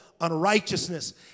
unrighteousness